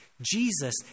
Jesus